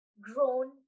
grown